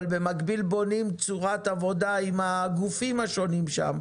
אבל במקביל בונים צורת עבודה עם הגופים השונים שם,